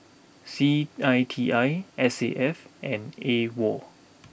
C I T I S A F and A wall